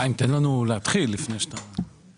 חיים, תן לנו להתחיל לפני שאתה מתחיל.